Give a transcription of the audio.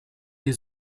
die